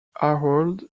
harold